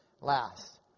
Last